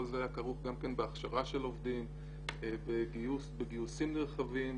כל זה היה כרוך גם בהכשרה של עובדים ובגיוסים נרחבים,